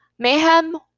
Mayhem